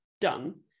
done